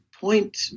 point